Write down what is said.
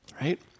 right